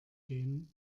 gehen